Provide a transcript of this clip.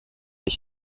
ich